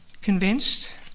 convinced